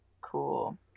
Cool